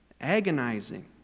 agonizing